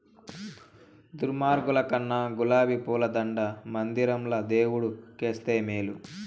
దుర్మార్గుల కన్నా గులాబీ పూల దండ మందిరంల దేవుడు కేస్తే మేలు